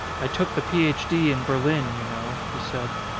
i took the ph. d. in berlin, you know, he said.